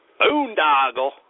Boondoggle